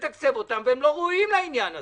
תתקצב אותם והם לא ראויים לעניין הזה.